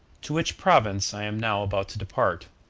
to which province i am now about to depart.